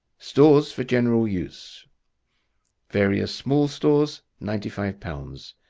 stores for general use various small stores ninety five lbs.